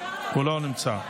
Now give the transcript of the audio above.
הוא לא נמצא.